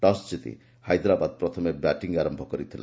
toss ଜିତି Hyderabad batting ଆରମ୍ଭ କରିଥିଲା